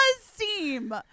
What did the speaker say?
seem